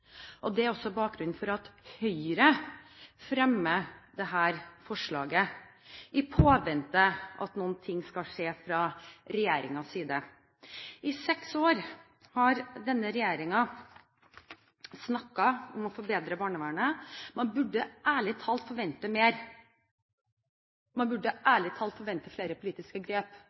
rettssikkerhet. Det er også bakgrunnen for at Høyre fremmer dette forslaget i påvente av at noe skal skje fra regjeringens side. I seks år har denne regjeringen snakket om å forbedre barnevernet. Man burde ærlig talt forvente mer. Man burde ærlig talt forvente flere politiske grep